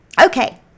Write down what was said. Okay